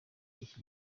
iki